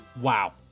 Wow